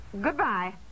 Goodbye